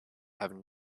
have